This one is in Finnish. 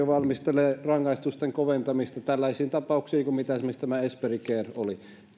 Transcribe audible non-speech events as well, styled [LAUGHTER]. [UNINTELLIGIBLE] valmistelee rangaistusten koventamista tällaisissa tapauksissa kuin mitä esimerkiksi esperi care oli